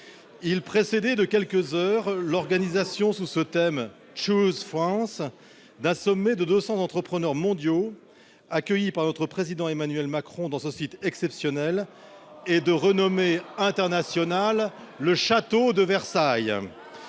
Il précédait de quelques heures l'organisation, sous ce thème, « Choose France », d'un sommet de deux cents entrepreneurs mondiaux accueillis par notre président, Emmanuel Macron, dans ce site exceptionnel et de renommée internationale, le château de Versailles.